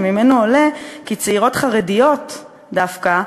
שממנו עולה כי צעירות חרדיות דווקא,